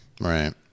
right